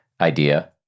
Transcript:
idea